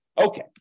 Okay